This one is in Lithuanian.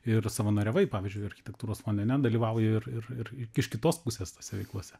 ir savanoriavai pavyzdžiui architektūros fonde ane dalyvauji ir ir ir iš kitos pusės tose veiklose